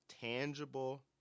tangible